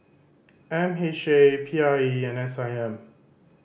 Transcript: M H A P I E and S I M